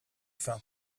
faim